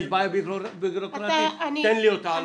אם יש בעיה בירוקרטית אנא פרט מהי.